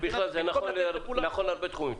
זה נכון להרבה תחומים.